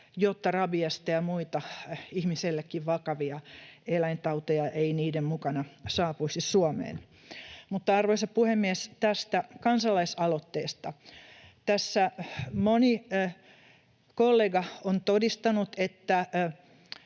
jotta rabiesta ja muita, ihmisellekin vakavia eläintauteja ei niiden mukana saapuisi Suomeen. Arvoisa puhemies! Tästä kansalaisaloitteesta: Tässä moni kollega on todistanut, että